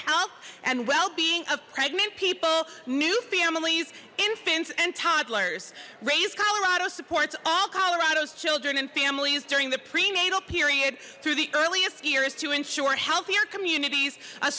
health and well being of pregnant people new families infants and toddlers colorado supports all colorado's children and families during the prenatal period through the earliest years to ensure healthier communities a